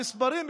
המספרים,